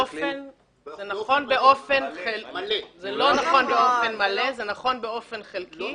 זה לא נכון באופן מלא, זה נכון באופן חלקי.